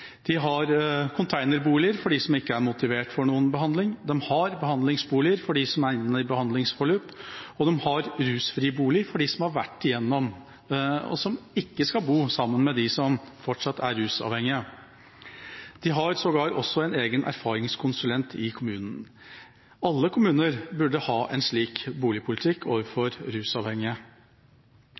De har containerboliger for dem som ikke er motivert for noen behandling, de har behandlingsboliger for dem som er inne i et behandlingsforløp, og de har rusfriboliger for dem som har vært igjennom et forløp, og som ikke skal bo sammen med dem som fortsatt er rusavhengige. De har sågar en egen erfaringskonsulent i kommunen. Alle kommuner burde ha en slik boligpolitikk overfor rusavhengige.